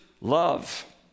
love